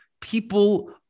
People